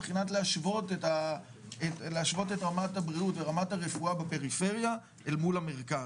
מבחינת להשוות את רמת הבריאות ורמת הרפואה בפריפריה אל מול המרכז,